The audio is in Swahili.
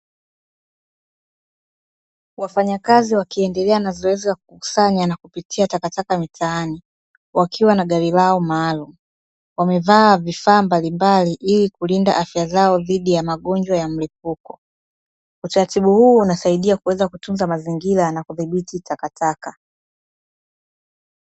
Wafanyakazi wakiendelea na zoezi la kupitia na kukusanya takataka mitaani wakiwa na gari lao maalumu, wamevaa vifaa mbalimbali ili kulinda afya zao dhidi ya magonjwa ya mlipuko. Utaratibu huu unasaidia kuweza kutunza mazingira na kudhibiti takataka.